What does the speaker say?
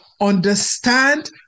understand